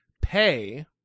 pay